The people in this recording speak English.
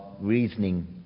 reasoning